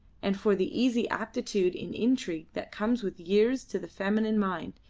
and for the easy aptitude in intrigue that comes with years to the feminine mind,